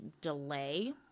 delay